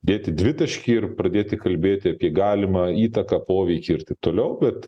dėti dvitaškį ir pradėti kalbėti apie galimą įtaką poveikį ir taip toliau bet